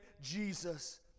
Jesus